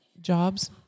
Jobs